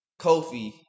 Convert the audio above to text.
Kofi